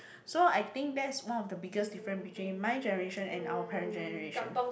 so I think that's one of the biggest difference between my generation and our parent generation